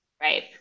Right